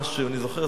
מה שאני זוכר,